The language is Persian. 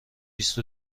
بیست